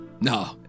No